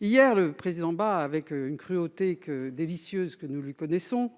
Hier, le président Bas, avec la cruauté délicieuse que nous lui connaissons,